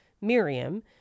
Miriam